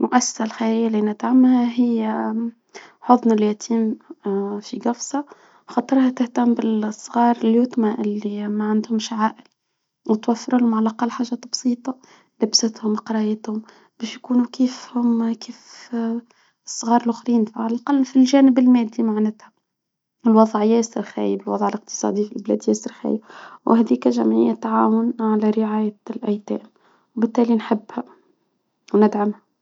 المؤسسة الخيرية اللي ندعمها هي حضن اليتيم في جفصة، خاطرها تهتم بالصغار اليتمي اللي ما عندهمش عائلة وتوفر لهم على الأقل حاجة بسيطة، لبستهم وقرايتهم، باش يكونوا كيفهم كيف الصغار الآخرين، على الأقل في الجانب المادي معناتها، الوضع ياسر خايب، الوضع الإقتصادي في البلاد ياسر خايب، وهذه كجمعية تعاون على رعاية الأيتام، وبالتالي نحبها وندعمها.